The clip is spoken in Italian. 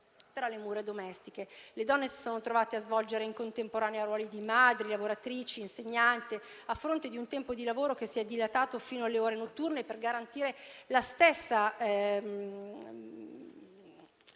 tra le mura domestiche. Le donne si sono trovate a svolgere in contemporanea ruoli di madri, lavoratrici, insegnanti, a fronte di un tempo di lavoro che si è dilatato fino alle ore notturne per garantire la stessa